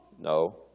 No